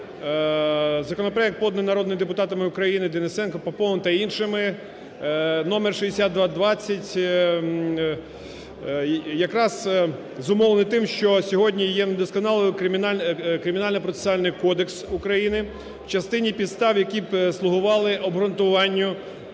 законопроект поданий народними депутатами України Денисенком, Поповим та іншими, номер 6220, якраз зумовлений тим, що сьогодні є недосконалий Кримінально-процесуальний кодекс України в частині підстав, які б слугували обґрунтуванню